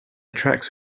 tracks